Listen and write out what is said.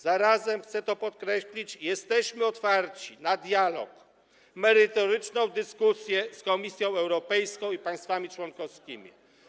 Zarazem, chcę to podkreślić, jesteśmy otwarci na dialog, merytoryczną dyskusję z Komisją Europejską i państwami członkowskimi.